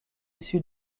issu